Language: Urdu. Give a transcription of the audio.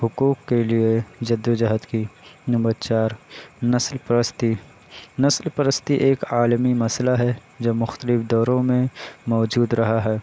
حقوق کے لیے جدوجہد کی نمبر چار نسل پرستی نسل پرستی ایک عالمی مسئلہ ہے جو مختلف ادوار میں موجود رہا ہے